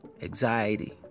anxiety